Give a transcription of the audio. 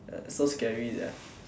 so scary sia